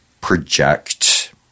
project